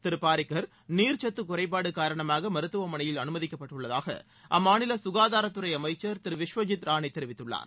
திரு பாரிக்கர் நீர்ச்சத்து குறைபாடு காரணமாக மருத்துவமனையில் அனுமதிக்கப்பட்டுள்ளதாக அம்மாநில சுகாதாரத்துறை அமைச்சர் திரு விஷ்வஜித் ரானே தெரிவித்துள்ளார்